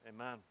amen